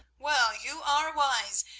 well, you are wise.